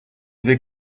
vais